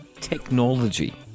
technology